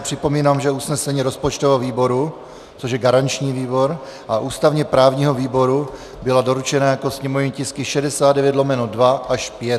Připomínám, že usnesení rozpočtového výboru, což je garanční výbor, a ústavněprávního výboru byla doručena jako sněmovní tisky 69/2 až 69/5.